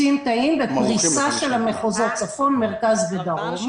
50 תאים בכל המחוזות: צפון, מרכז ודרום.